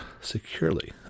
securely